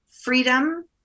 freedom